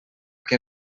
què